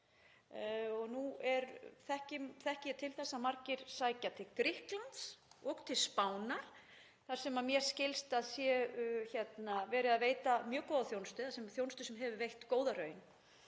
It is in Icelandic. því. Nú þekki ég til þess að margir sækja til Grikklands og til Spánar þar sem mér skilst að sé verið að veita mjög góða þjónustu, þjónustu sem hefur veitt góða raun.